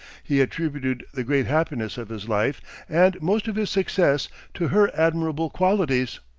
he attributed the great happiness of his life and most of his success to her admirable qualities.